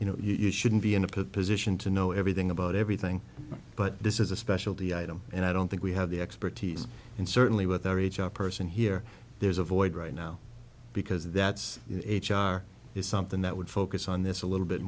you know you shouldn't be in a position to know everything about everything but this is a specialty item and i don't think we have the expertise and certainly with our h r person here there's a void right now because that's is something that would focus on this a little bit